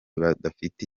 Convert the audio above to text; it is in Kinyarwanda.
badafite